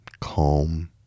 Calm